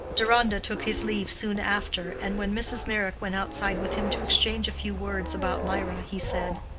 deronda took his leave soon after, and when mrs. meyrick went outside with him to exchange a few words about mirah, he said,